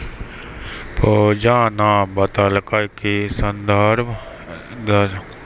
पूजा न बतेलकै कि संदर्भ दर एक एहनो दर छेकियै जे वित्तीय अनुबंध म भुगतान निर्धारित करय छै